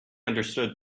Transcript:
understood